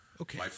Okay